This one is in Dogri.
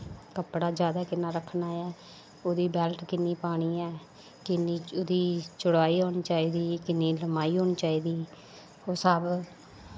कपड़ा जैदा किन्ना रक्खना ऐ ओह्दी बैल्ट किन्नी पानी ऐ किन्नी ओह्दा चड़ाई होनी चाहिदी किन्नी लम्माई होनी चाहिदी ओह् स्हाब